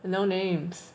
no names